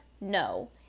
No